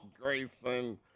Grayson